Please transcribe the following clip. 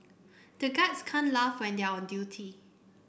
the guards can't laugh when they are on duty